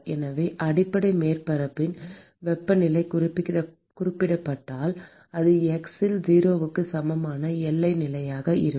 எனவே அடிப்படை மேற்பரப்பின் வெப்பநிலை குறிப்பிடப்பட்டால் அது x இல் 0 க்கு சமமான எல்லை நிலையாக இருக்கும்